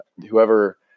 whoever